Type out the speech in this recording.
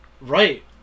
Right